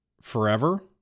forever